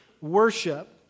worship